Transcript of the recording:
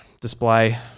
Display